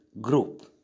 group